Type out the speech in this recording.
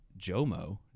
Jomo